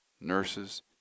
nurses